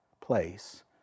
place